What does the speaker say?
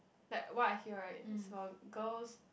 like what I hear right is for girls